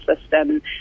system